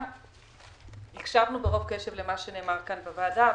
הקשבנו ברוב קשב למה שנאמר כאן בוועדה,